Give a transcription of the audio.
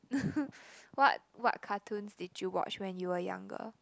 what what cartoons did you watch when you were younger